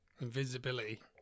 invisibility